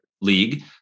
league